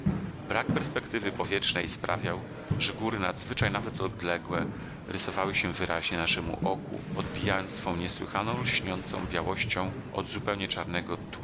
brak perspektywy powietrznej sprawiał że góry nadzwyczaj nawet odległe rysowały się wyraźnie naszemu oku odbijając swą niesłychaną lśniącą białością od zupełnie czarnego